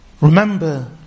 Remember